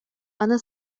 аны